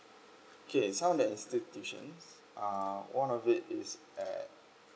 okay sounds that institutions uh one of it is uh